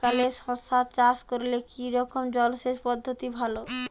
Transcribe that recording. বর্ষাকালে শশা চাষ করলে কি রকম জলসেচ পদ্ধতি ভালো?